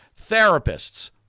therapists